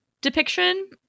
depiction